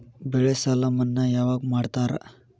ಬೆಳೆ ಸಾಲ ಮನ್ನಾ ಯಾವಾಗ್ ಮಾಡ್ತಾರಾ?